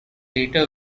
later